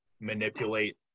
manipulate